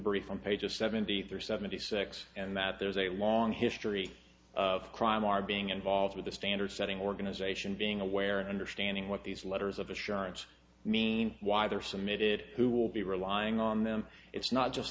brief on pages seventy three seventy six and that there is a long history of crime are being involved with the standard setting organization being aware understanding what these letters of assurance mean why they are submitted who will be relying on them it's not just